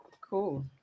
cool